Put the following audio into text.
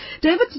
David